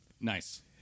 nice